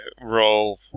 roll